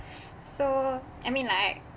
so I mean like